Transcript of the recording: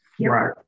Right